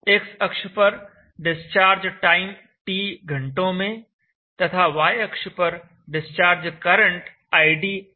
x अक्ष पर discharge time t घंटों में तथा y अक्ष पर डिस्चार्ज करंट id एम्पीयर्स में है